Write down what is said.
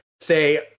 say